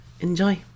enjoy